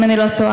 אם אני לא טועה.